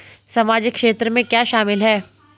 सामाजिक क्षेत्र में क्या शामिल है?